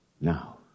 now